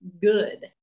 good